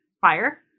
fire